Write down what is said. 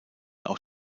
auch